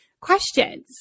questions